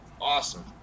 Awesome